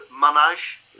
Manage